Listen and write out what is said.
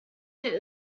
hit